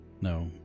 No